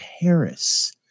Paris